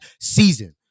season